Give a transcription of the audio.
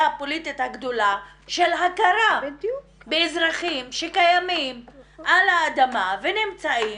הפוליטית הגדולה של הכרה באזרחים שקיימים על האדמה ונמצאים,